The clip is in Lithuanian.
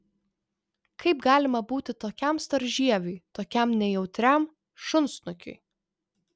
kaip galima būti tokiam storžieviui tokiam nejautriam šunsnukiui